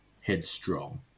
headstrong